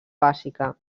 bàsica